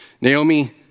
Naomi